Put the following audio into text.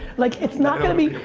like, it's not gonna be,